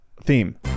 theme